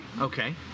Okay